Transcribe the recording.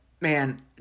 Man